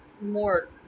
more